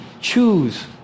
choose